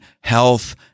health